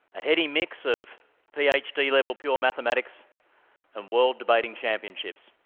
a heady mix of ph d-level pure mathematics and world debating championships,